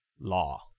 law